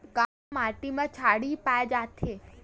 का माटी मा क्षारीय पाए जाथे?